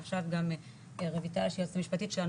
זה עכשיו גם רויטל שהיא היועצת המשפטית שלנו,